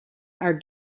are